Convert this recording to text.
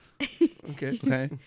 Okay